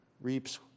reaps